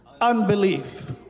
unbelief